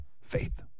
Faith